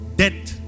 death